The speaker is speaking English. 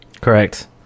Correct